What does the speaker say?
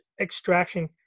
Extraction